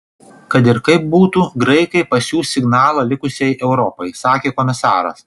kad ir kaip būtų graikai pasiųs signalą likusiai europai sakė komisaras